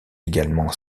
également